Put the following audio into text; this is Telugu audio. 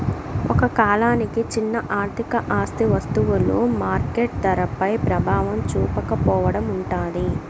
ఒక కాలానికి చిన్న ఆర్థిక ఆస్తి వస్తువులు మార్కెట్ ధరపై ప్రభావం చూపకపోవడం ఉంటాది